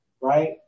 right